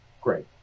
Great